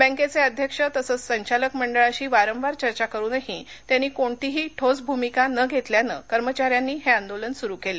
बँकेये अध्यक्ष तसंच संचालक मंडळाशी वारंवार चर्चा करूनही त्यांनी कोणतीही ठोस भूमिका न घेतल्यानं कर्मचाऱ्यांनी हे आंदोलन सुरू केलं